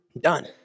Done